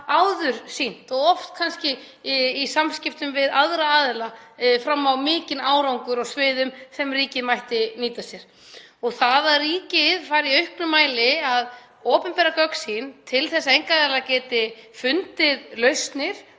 áður og kannski oft í samskiptum við aðra aðila sýnt fram á mikinn árangur á sviðum sem ríkið mætti nýta sér. Það að ríkið fari í auknum mæli að opinbera gögn sín til að einkaaðilar geti fundið lausnir